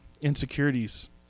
insecurities –